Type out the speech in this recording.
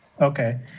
Okay